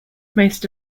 most